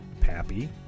Pappy